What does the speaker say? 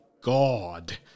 god